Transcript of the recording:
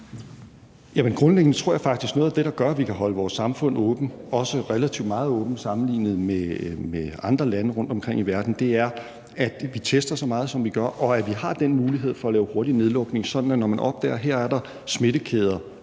Grundlæggende tror jeg faktisk, at noget af det, der gør, at vi kan holde vores samfund åbent og også relativt meget åbent sammenlignet med andre lande rundtomkring i verden, er, at vi tester så meget, som vi gør, og at vi har den mulighed for at lave hurtig nedlukning, sådan at når man opdager, at der er smittekæder